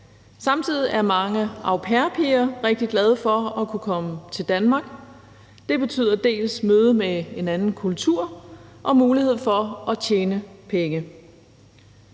Samtidig er mange au pair-piger rigtig glade for at kunne komme til Danmark. Det betyder dels et møde med en anden kultur, dels en mulighed for at tjene penge.